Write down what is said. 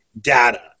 data